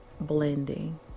blending